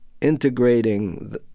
integrating